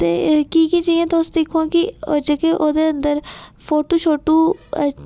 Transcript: ते की के जि'यां तुस दिक्खो आं की एह् जेह्के ओह्दे अंदर फोटु शोटु